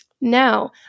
Now